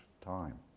time